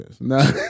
No